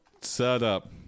setup